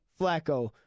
Flacco